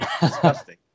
Disgusting